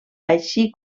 així